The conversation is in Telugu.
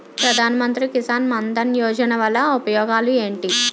ప్రధాన మంత్రి కిసాన్ మన్ ధన్ యోజన వల్ల ఉపయోగాలు ఏంటి?